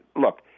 look –